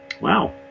Wow